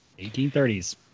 1830s